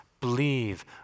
believe